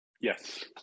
Yes